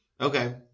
Okay